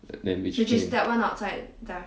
then which came